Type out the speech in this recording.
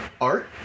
art